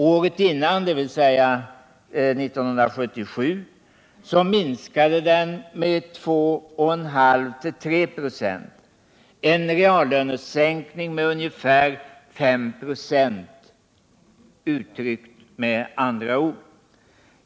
Året innan, dvs. 1977, minskade den med 2,5-3,0 96. Det är med andra ord en reallönesänkning med ungefär 5 96.